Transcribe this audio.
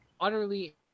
utterly